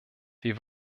wir